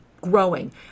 growing